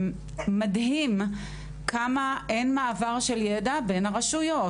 מדהים כמה אין מעבר של ידע בין הרשויות,